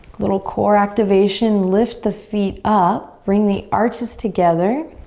little core activation. lift the feet up. bring the arches together.